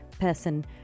person